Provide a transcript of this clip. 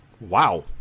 Wow